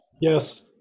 Yes